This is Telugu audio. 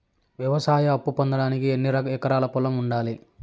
వ్యవసాయ అప్పు పొందడానికి ఎన్ని ఎకరాల పొలం ఉండాలి?